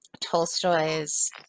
Tolstoy's